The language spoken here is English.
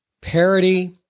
parity